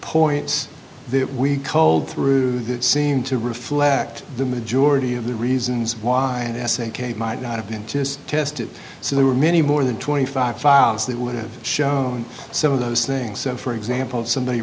points that we called through that seemed to reflect the majority of the reasons why kate might not have been just tested so there were many more than twenty five files that would have shown some of those things so for example of somebody